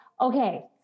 okay